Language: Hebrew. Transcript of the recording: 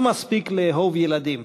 לא מספיק לאהוב ילדים,